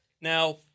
Now